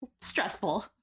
stressful